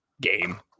game